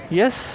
yes